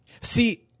See